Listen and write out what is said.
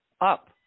up